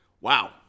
wow